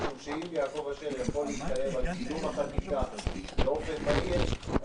משום שאם יעקב אשר יכול להתחייב על קידום החקיקה באופן מהיר,